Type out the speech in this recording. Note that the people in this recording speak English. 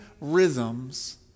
rhythms